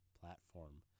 platform